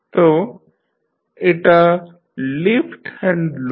তো এটা left hand loop